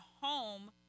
home